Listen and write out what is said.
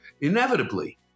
inevitably